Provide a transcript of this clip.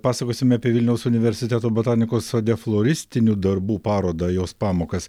pasakosime apie vilniaus universiteto botanikos sode floristinių darbų parodą jos pamokas